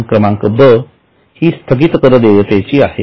नोंद क्रमांक ब हि स्थगित कर देयतेची आहे